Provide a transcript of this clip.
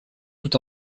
tout